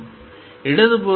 இடதுபுறத்தில் xL